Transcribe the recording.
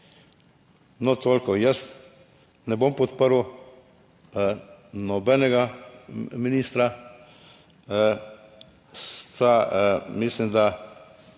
No, toliko. Jaz ne bom podprl nobenega ministra sta, mislim da,